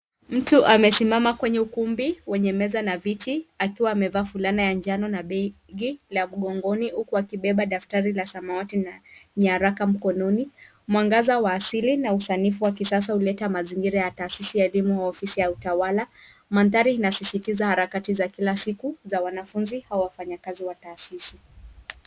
Mtu amesimama kwenye ukumbi wenye meza na viti akiwa amevaa vulana ya njano na pinki la mkongoni huku akipepa daftari la samawati na nyaraga mkononi. Mwangaza wa asili na usanifu wa kisasa uleta mazingira ya tahasisi ya elimu ya ofisi ya utawala. Maandari inasisitisa harakati za kila siku za wanafunzi au wafanyi kazi wa tahasisi.